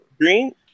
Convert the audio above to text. green